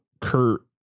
kurt